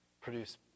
produce